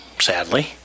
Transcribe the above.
sadly